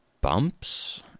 bumps